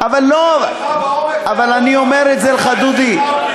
אני אומר את זה לך, דודי.